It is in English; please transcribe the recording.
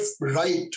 right